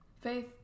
Faith